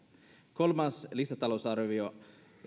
kolmas lisätalousarvio